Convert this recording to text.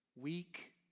weak